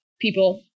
people